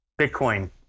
Bitcoin